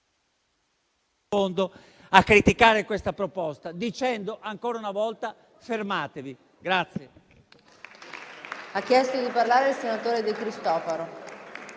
a criticare questa proposta, dicendo ancora una volta: fermatevi.